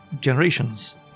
generations